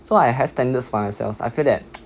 so I have standards for myself I feel that